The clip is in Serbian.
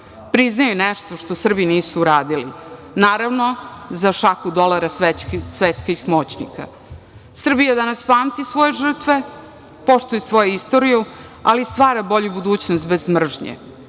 priznaju nešto što Srbi nisu uradili, naravno, za šaku dolara svetskih moćnika. Srbija danas pamti svoje žrtve, poštuje svoju istoriju, ali stvara bolju budućnost bez mržnje.